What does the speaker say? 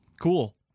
Cool